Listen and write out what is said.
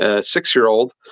six-year-old